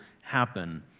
happen